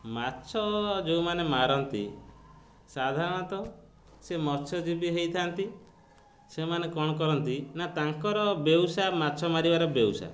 ମାଛ ଯେଉଁମାନେ ମାରନ୍ତି ସାଧାରଣତଃ ସେ ମତ୍ସଜୀବିି ହେଇଥାନ୍ତି ସେମାନେ କ'ଣ କରନ୍ତି ନା ତାଙ୍କର ବେଉସା ମାଛ ମାରିବାର ବେଉସା